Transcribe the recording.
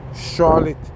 Charlotte